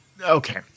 Okay